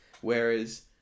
whereas